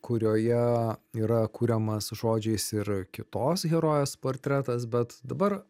kurioje yra kuriamas žodžiais ir kitos herojės portretas bet dabar